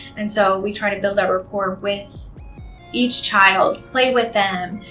and so we try to build that rapport with each child, play with them,